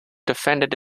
defended